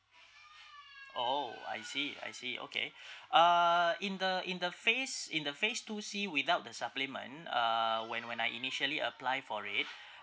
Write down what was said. oh I see I see okay uh in the in the phase in the phase two C without the supplement uh when when I initially apply for it